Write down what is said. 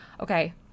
okay